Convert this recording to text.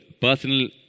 personal